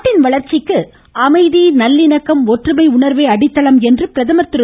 நாட்டின் வளர்ச்சிக்கு அமைதி நல்லிணக்கம் ஒற்றுமை உணர்வே அடித்தளம் என்று பிரதமர் திரு